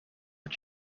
het